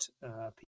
people